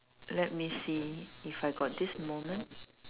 let me see if I got this moment